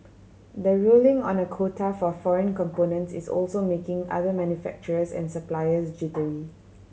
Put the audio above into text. the ruling on a quota for foreign components is also making other manufacturers and suppliers jittery